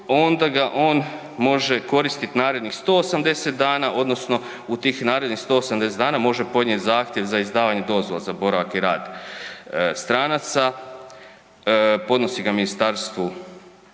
onda ga on može koristit narednih 180 dana odnosno u tih narednih 180 dana može podnijet zahtjev za izdavanje dozvola za boravak i rad stranaca, podnosi ga MUP-u